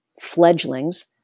fledglings